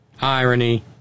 irony